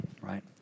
right